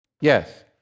Yes